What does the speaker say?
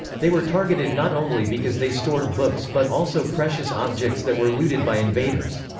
they were targeted not only because they stored books but also precious objects that were looted by invaders.